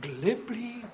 glibly